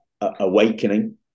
awakening